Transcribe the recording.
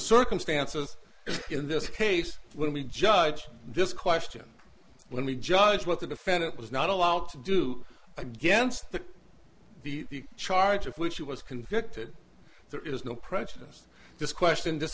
circumstances in this case when we judge this question when we judge what the defendant was not allowed to do against the the charge of which he was convicted there is no prejudice this question this